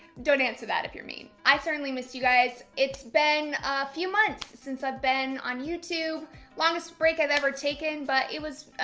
don't answer that if you're me. i certainly missed you guys. it's been a few months since i've been on youtube longest break i've ever taken, but it was, ah,